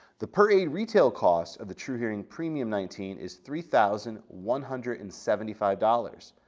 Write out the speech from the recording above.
the per aid retail cost of the truhearing premium nineteen is three thousand one hundred and seventy five dollars,